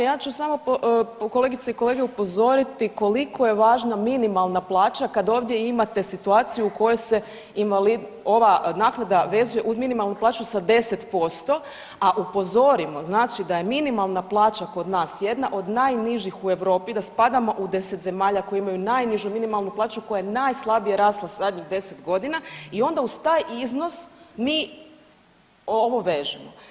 Ja ću samo kolegice i kolege upozoriti koliko je važna minimalna plaća kad ovdje imate situaciju u kojoj se ova naknada vezuje uz minimalnu plaću sa 10%, a upozorimo da je minimalna plaća kod nas jedna od najnižih u Europi da spadamo u deset zemalja koje imaju najnižu minimalnu plaću koja je najslabije rasla zadnjih deset godina i onda uz taj iznos mi ovo vežemo.